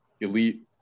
elite